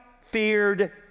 feared